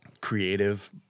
creative